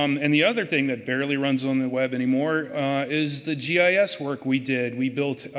um and the other thing that barely runs on the web anymore is the gis work we did. we built